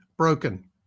Broken